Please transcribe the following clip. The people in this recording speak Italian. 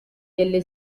delle